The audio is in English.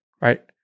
right